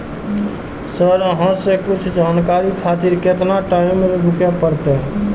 Sir अहाँ से कुछ जानकारी खातिर केतना टाईम रुके परतें?